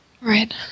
Right